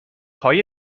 پایه